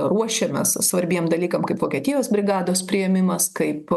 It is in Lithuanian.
ruošiamės svarbiem dalykam kaip vokietijos brigados priėmimas kaip